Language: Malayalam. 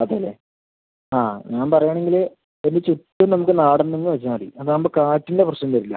അതെ അല്ലെ ആ ഞാൻ പറയാണെങ്കില് ഒരു ചെട്ടി നമുക്ക് നാടൻ തന്നെ വെച്ചാൽ മതി അത് ആവുമ്പം കാറ്റിൻ്റ പ്രശ്നം വരില്ല